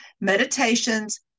meditations